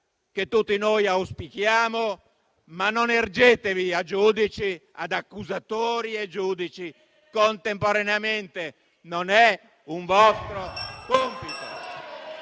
che tutti noi auspichiamo, ma non ergetevi ad accusatori e giudici contemporaneamente. Non è un vostro compito.